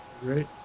great